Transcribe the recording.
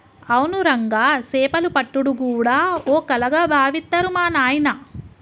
అవును రంగా సేపలు పట్టుడు గూడా ఓ కళగా బావిత్తరు మా నాయిన